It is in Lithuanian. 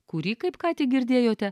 kurį kaip ką tik girdėjote